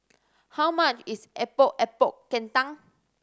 how much is Epok Epok Kentang